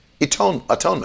atonement